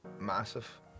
Massive